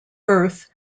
birth